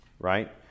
right